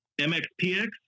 MXPX